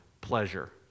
pleasure